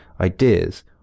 ideas